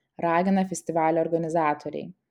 ragina festivalio organizatoriai